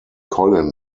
colin